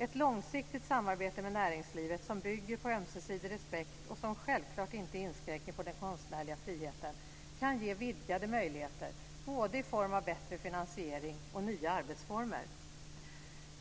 Ett långsiktigt samarbete med näringslivet som bygger på ömsesidig respekt och som självfallet inte inskränker den konstnärliga friheten kan ge vidgade möjligheter, i form av både bättre finansiering och nya arbetsformer.